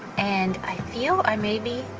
and i feel i maybe,